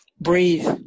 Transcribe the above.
Breathe